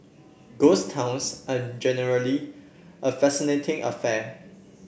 ghost towns are generally a fascinating affair